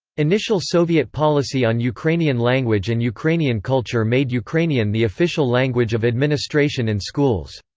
initial soviet policy on ukrainian language and ukrainian culture made ukrainian the official language of administration and schools.